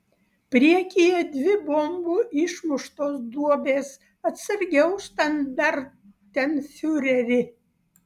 priekyje dvi bombų išmuštos duobės atsargiau štandartenfiureri